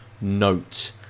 note